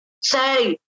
say